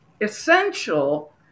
essential